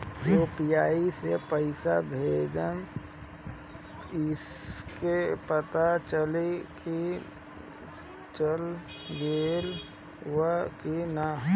UPI से पइसा भेजम त कइसे पता चलि की चल गेल बा की न?